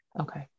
okay